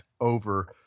over